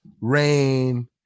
Rain